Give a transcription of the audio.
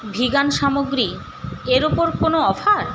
vegan সামগ্রী এর ওপর কোনও অফার